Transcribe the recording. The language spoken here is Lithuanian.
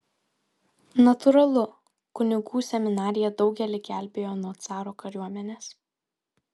natūralu kunigų seminarija daugelį gelbėjo nuo caro kariuomenės